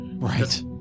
Right